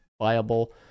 viable